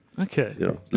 okay